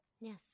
yes